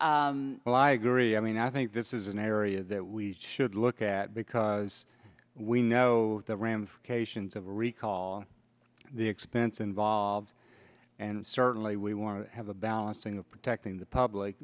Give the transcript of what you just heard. forward well i agree i mean i think this is an area that we should look at because we know the ramifications of a recall the expense involved and certainly we want to have a balancing of protecting the public